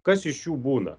kas iš jų būna